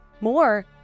more